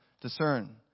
discern